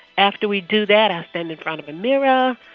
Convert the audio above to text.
after we do that, i stand in front of a mirror.